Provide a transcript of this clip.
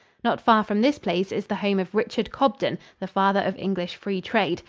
not far from this place is the home of richard cobden, the father of english free trade,